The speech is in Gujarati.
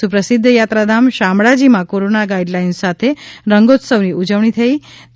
સુપ્રસિધ્ધ યાત્રાધામ શામળાજીમાં કોરોના ગાઈડલાઈન સાથે રંગોત્સવની ઉજવણી થઈ રહી છે